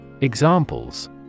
Examples